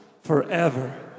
forever